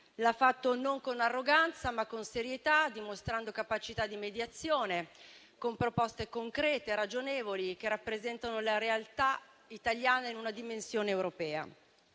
l'ha fatto non con arroganza ma con serietà, dimostrando capacità di mediazione, con proposte concrete e ragionevoli, che rappresentano la realtà italiana in una dimensione europea.